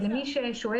מה שכן,